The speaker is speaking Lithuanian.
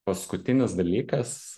paskutinis dalykas